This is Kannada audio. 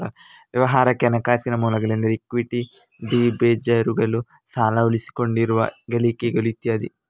ವ್ಯವಹಾರಕ್ಕೆ ಹಣಕಾಸಿನ ಮೂಲಗಳೆಂದರೆ ಇಕ್ವಿಟಿ, ಡಿಬೆಂಚರುಗಳು, ಸಾಲ, ಉಳಿಸಿಕೊಂಡಿರುವ ಗಳಿಕೆಗಳು ಇತ್ಯಾದಿ